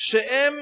שהן